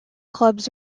clubs